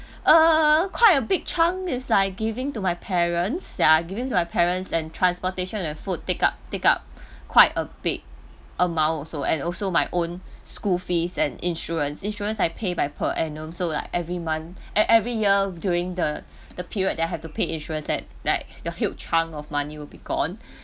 err quite a big chunk is like giving to my parents ya I'm giving to my parents and transportation and food take up take up quite a big amount also and also my own school fees and insurance insurance I pay by per annum so like every month e~ every year during the the period that I have to pay insurance that like the huge chunk of money will be gone